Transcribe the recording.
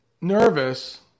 nervous